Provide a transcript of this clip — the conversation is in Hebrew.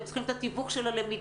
הם צריכים את התיווך של הלמידה.